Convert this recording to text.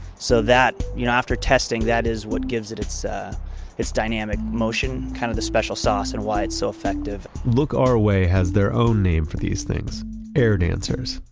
so that you know, after testing, that is what gives it it's ah, dynamic motion kind of the special sauce and why it's so effective look our way has their own name for these things air dancers.